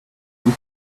vous